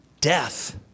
Death